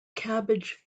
cabbage